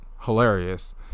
hilarious